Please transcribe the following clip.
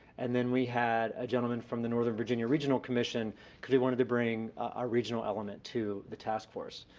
and then we had a gentleman from the northern virginia regional commission because we wanted to bring a regional element to the task force.